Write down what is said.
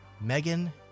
Megan